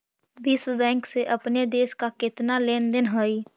विश्व बैंक से अपने देश का केतना लें देन हई